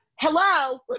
hello